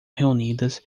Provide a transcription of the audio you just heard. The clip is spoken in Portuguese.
reunidas